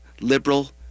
liberal